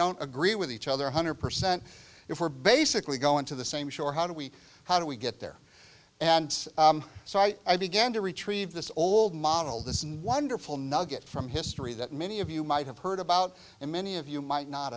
don't agree with each other one hundred percent if we're basically going to the same shore how do we how do we get there and so i i began to retrieve this old model the wonderful nugget from history that many of you might have heard about and many of you might not